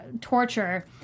torture